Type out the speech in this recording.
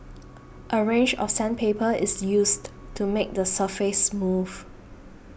a range of sandpaper is used to make the surface smooth